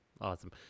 Awesome